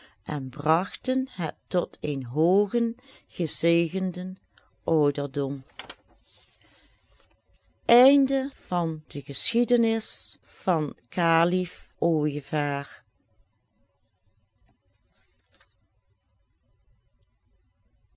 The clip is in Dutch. en bragten het tot een hoogen gezegenden ouderdom